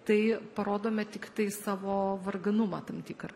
tai parodome tiktai savo varganumą tam tikrą